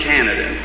Canada